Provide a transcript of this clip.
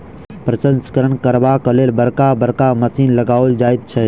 प्रसंस्करण करबाक लेल बड़का बड़का मशीन लगाओल जाइत छै